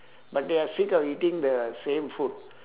but they are sick of eating the same food